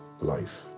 life